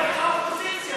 האופוזיציה.